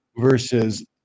versus